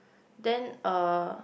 then uh